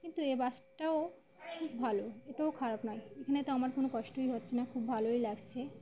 কিন্তু এ বাসটাও খুব ভালো এটাও খারাপ নয় এখানে তো আমার কোনো কষ্টই হচ্ছে না খুব ভালোই লাগছে